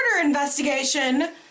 investigation